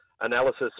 analysis